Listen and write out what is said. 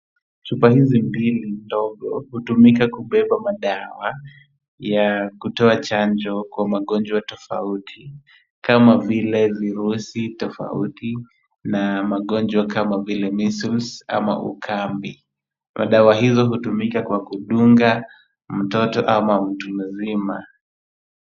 Chumba hizi mbili ndogo hutumika kubeba madawa ya kutoa chanjo kwa magonjwa tofauti kama vile virusi tofauti na magonjwa kama vile measles, ama ukambi .madawa hizi hutumika kwa kudunga mtoto ama mtu mzima.